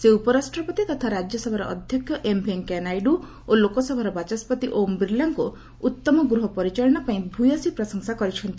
ସେ ଉପରାଷ୍ଟ୍ରପତି ତଥା ରାଜ୍ୟସଭାର ଅଧ୍ୟକ୍ଷ ଏମ୍ ଭେଙ୍କୟାନାଇଡୁ ଓ ଲୋକସଭାର ବାଚସ୍କତି ଓମ୍ ବିର୍ଲାଙ୍କୁ ଉତ୍ତମ ଗୃହ ପରିଚାଳନା ପାଇଁ ଭୟସୀ ପ୍ରଶଂସା କରିଛନ୍ତି